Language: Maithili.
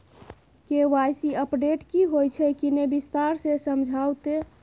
के.वाई.सी अपडेट की होय छै किन्ने विस्तार से समझाऊ ते?